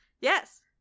Yes